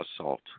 assault